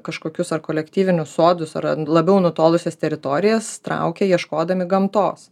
kažkokius ar kolektyvinius sodus ar labiau nutolusias teritorijas traukia ieškodami gamtos